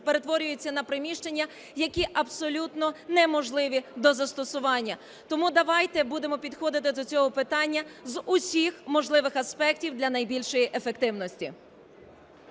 перетворюються на приміщення, які абсолютно неможливі до застосування. Тому давайте будемо підходити до цього питання з усіх можливих аспектів для найбільшої ефективності.